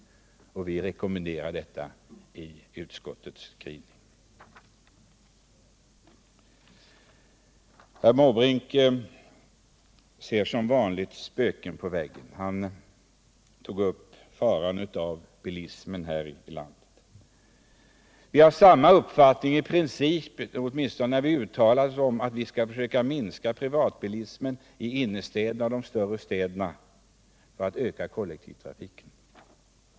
Vi rekommenderar detta i utskottets skrivning. Herr Måbrink ser som vanligt spöken på väggen. Han tog upp farorna med bilismen här i landet. Vi har samma uppfattning i princip, åtminstone när vi uttalar att vi skall försöka minska privatbilismen i innerstäderna och de större städerna och öka kollektivtrafiken.